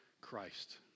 Christ